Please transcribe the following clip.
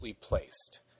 placed